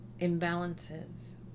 imbalances